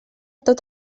tot